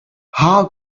how